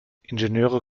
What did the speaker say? ingenieure